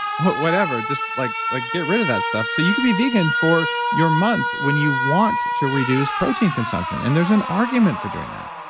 whatever, just like like get rid of that stuff. so, you can be a vegan for your month when you want to reduce protein consumption and there's an argument for doing that.